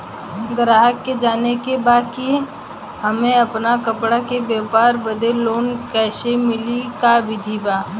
गराहक के जाने के बा कि हमे अपना कपड़ा के व्यापार बदे लोन कैसे मिली का विधि बा?